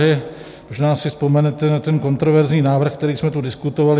Možná si vzpomenete na ten kontroverzní návrh, který jsme tu diskutovali.